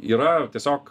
yra tiesiog